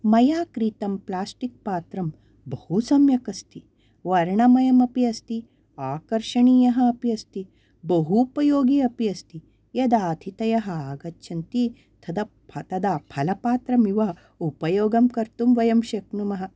मया क्रीतं प्लास्टिक् पात्रं बहु सम्यक् अस्ति वर्णमयम् अपि अस्ति आकर्षणीयः अपि अस्ति बहूपयोगी अपि अस्ति यदा अतिथयः आगच्छान्ति तद तदा फलपात्रम् इव उपयोगं कर्तुं वयं शक्नुमः